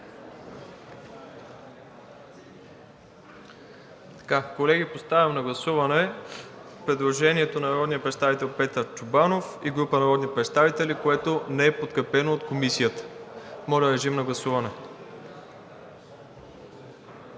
си. Колеги, поставям на гласуване предложението на народния представител Петър Чобанов и група народни представители, което не е подкрепено от Комисията. Не е подкрепено. Така е